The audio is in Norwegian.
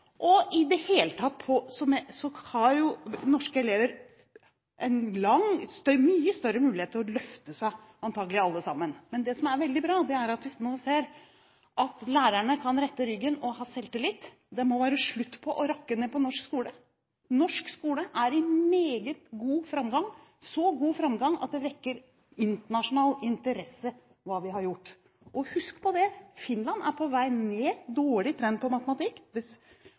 ambisjoner. I det hele tatt har norske elever – antakelig alle sammen – en mye større mulighet til å løfte seg. Men det som er veldig bra, er at vi nå ser at lærerne kan rette ryggen og ha selvtillit. Det må være slutt på å rakke ned på norsk skole. Norsk skole er i meget god framgang, i så god framgang at det vi har gjort, vekker internasjonal interesse. Og husk på dette: Finland er på vei ned – dårlig trend for matematikk